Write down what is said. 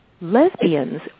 lesbians